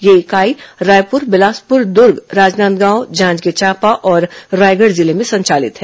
यह इकाई रायपुर बिलासपुर दुर्ग राजनांदगांव जांजगीर चांपा और रायगढ जिले में संचालित हैं